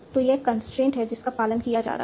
तो यह कंस्ट्रेंट है जिसका पालन किया जा रहा है